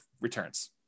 returns